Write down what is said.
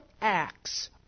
acts